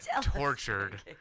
tortured